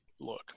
Look